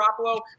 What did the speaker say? Garoppolo